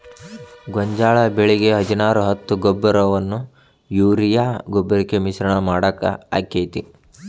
ಗೋಂಜಾಳ ಬೆಳಿಗೆ ಹದಿನಾರು ಹತ್ತು ಗೊಬ್ಬರವನ್ನು ಯೂರಿಯಾ ಗೊಬ್ಬರಕ್ಕೆ ಮಿಶ್ರಣ ಮಾಡಾಕ ಆಕ್ಕೆತಿ?